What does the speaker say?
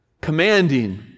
commanding